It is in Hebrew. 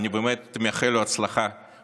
אני באמת מאחל לו הצלחה.